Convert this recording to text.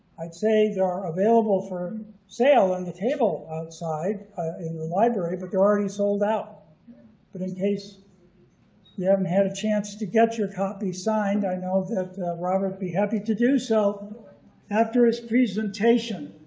i'd say they are available for sale on the table outside in the library but they're already sold out but in case you haven't had a chance to get your copy signed i know that robert will be happy to do so after his presentation.